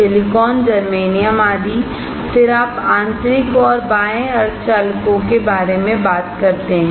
silicon germanium आदि फिर आप आंतरिक और बाह्य सेमीकंडक्टर के बारे में बात करते हैं